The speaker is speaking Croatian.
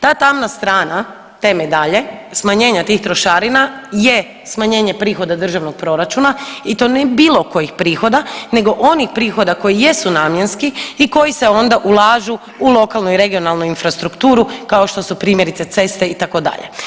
Ta tamna strana te medalje, smanjenja tih trošarina je smanjenje prihoda državnog proračuna i to ne bilo kojih prihoda nego onih prihoda koji jesu namjenski i koji se onda ulažu u lokalnu i regionalnu infrastrukturu kao što su primjerice ceste itd.